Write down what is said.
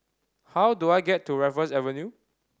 how do I get to Raffles Avenue